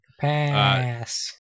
pass